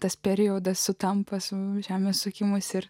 tas periodas sutampa su žemės sukimuisi ir